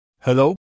Hello